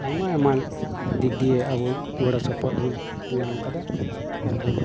ᱟᱭᱢᱟ ᱟᱭᱢᱟ ᱫᱤᱠ ᱫᱤᱭᱮ ᱟᱵᱚ ᱜᱚᱲᱚ ᱥᱚᱯᱚᱦᱚᱫ ᱵᱚᱱ ᱧᱟᱢ ᱟᱠᱟᱫᱟ ᱟᱨᱵᱚᱱ